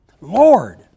Lord